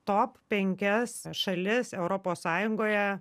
top penkias šalis europos sąjungoje